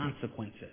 consequences